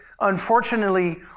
unfortunately